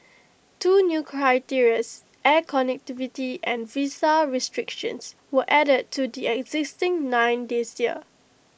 two new air connectivity and visa restrictions were added to the existing nine this year